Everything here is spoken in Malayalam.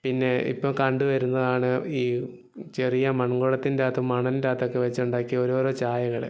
പിന്നെ ഇപ്പം കണ്ട് വരുന്നതാണ് ഈ ചെറിയ മൺകുടത്തിൻറെ അകത്ത് മണൽൻറെ അകത്തൊക്കെ വെച്ച് ഉണ്ടാക്കിയ ഓരോരോ ചായകൾ